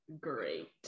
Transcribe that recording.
great